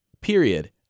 period